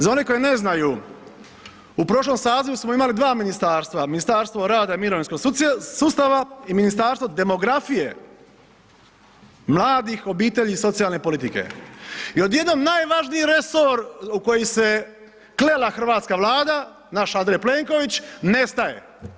Za one koji ne znaju u prošlom sazivu smo imali dva ministarstva, Ministarstvo rada i mirovinskog sustava i Ministarstvo demografije, mladih, obitelji i socijalne politike i odjednom najvažniji resor u koji se klela hrvatska Vlada, naš Andrej Plenković nestaje.